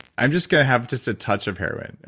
i'm just going to have just a touch of heroin.